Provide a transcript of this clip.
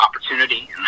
opportunity